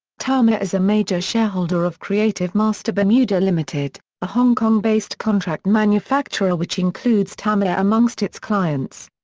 tamiya is a major shareholder of creative master bermuda limited, a hong kong-based contract manufacturer which includes tamiya amongst its clients.